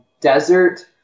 desert